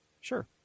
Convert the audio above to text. Sure